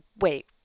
wait